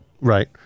Right